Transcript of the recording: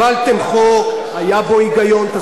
למה השופטים יכולים להיות עד גיל 70?